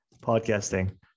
podcasting